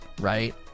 right